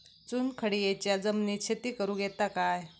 चुनखडीयेच्या जमिनीत शेती करुक येता काय?